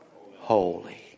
Holy